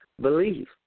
believe